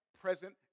present